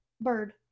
Bird